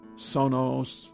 sonos